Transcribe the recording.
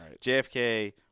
JFK